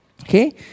Okay